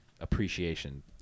appreciation